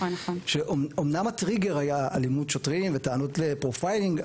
שאומנם הטריגר היה אלימות שוטרים וטענות לפרופיילינג,